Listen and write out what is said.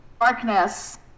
darkness